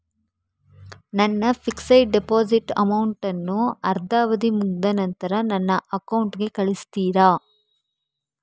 ನನ್ನ fixed deposit amount ಅನ್ನು ಅದ್ರ ಅವಧಿ ಮುಗ್ದ ನಂತ್ರ ನನ್ನ ಅಕೌಂಟ್ ಗೆ ಕಳಿಸ್ತೀರಾ?